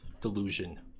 delusion